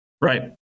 Right